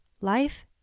Life